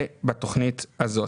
זה בתוכנית הזאת.